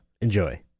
Enjoy